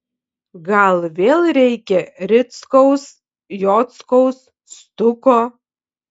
gal vėl reikia rickaus jockaus stuko